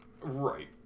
right